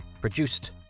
produced